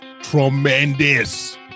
tremendous